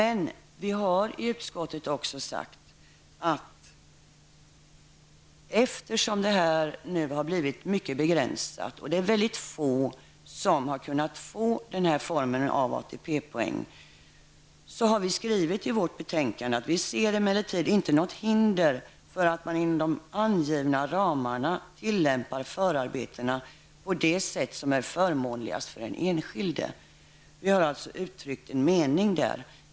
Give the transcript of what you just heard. Eftersom ytterst få har kunnat få den här formen av ATP-poäng, har vi skrivit i vårt betänkande: ''Utskottet ser emellertid inte något hinder för att man inom de angivna ramarna tillämpar förarbetena på det sätt som är förmånligast för den enskilde.'' Vi har alltså uttryckt en mening där.